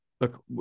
look